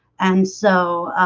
and so